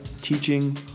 teaching